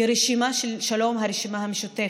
כרשימה של שלום, הרשימה המשותפת,